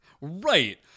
Right